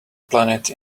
planet